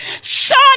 Son